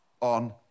on